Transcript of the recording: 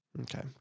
Okay